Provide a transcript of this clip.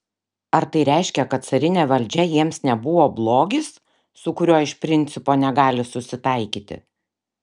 ar tai reiškia kad carinė valdžia jiems nebuvo blogis su kuriuo iš principo negali susitaikyti